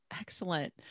Excellent